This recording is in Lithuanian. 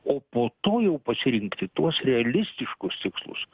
o po to jau pasirinkti tuos realistiškus tikslus